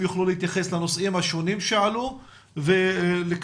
על מנת שילד יוכל לגדול ולהתפתח על פי כישוריו ועל פי